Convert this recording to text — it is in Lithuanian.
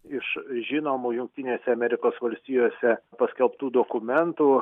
iš žinomų jungtinėse amerikos valstijose paskelbtų dokumentų